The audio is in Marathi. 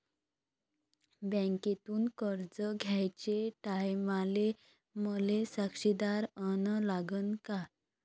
बँकेतून कर्ज घ्याचे टायमाले मले साक्षीदार अन लागन का?